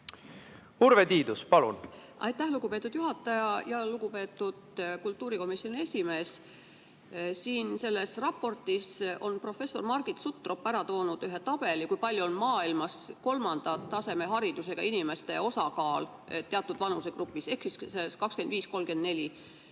Urve Tiidus, palun! Aitäh, lugupeetud juhataja! Lugupeetud kultuurikomisjoni esimees! Siin selles raportis on professor Margit Sutrop ära toonud ühe tabeli, kui palju on maailmas kolmanda taseme haridusega inimeste osakaal teatud vanusegrupis ehk siis vanuses 25–34.